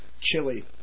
chili